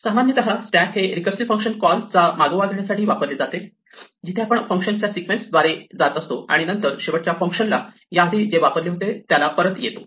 सामान्यतः स्टॅक हे recursive function call चा मागोवा ठेवण्यासाठी वापरले जाते जिथे आपण फंक्शन्स च्या सिक्वेन्स द्वारे जात असतो आणि नंतर शेवटच्या फंक्शनला याआधी जे वापरले होते त्याला परत येतो